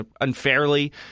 unfairly